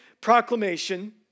proclamation